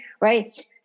Right